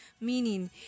meaning